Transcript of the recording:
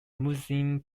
muslim